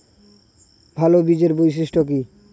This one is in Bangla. ভাল বীজের বৈশিষ্ট্য কী?